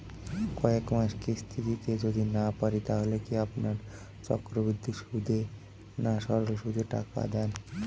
কয়েক মাস কিস্তি দিতে যদি না পারি তাহলে কি আপনারা চক্রবৃদ্ধি সুদে না সরল সুদে টাকা দেন?